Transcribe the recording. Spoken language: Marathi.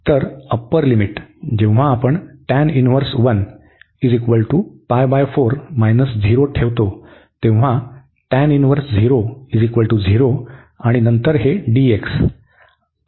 तर अप्पर लिमिट जेव्हा आपण tan 1 ठेवतो तेव्हा tan 10 0 आणि नंतर हे